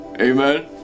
Amen